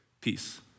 peace